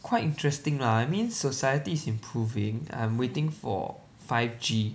quite interesting lah I mean society's improving I'm waiting for five G